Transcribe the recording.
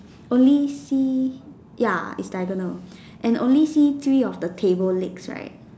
only see ya it's diagonal and only see three of the table legs right